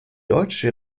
deutsche